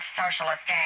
socialist